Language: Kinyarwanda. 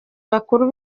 bakuru